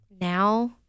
now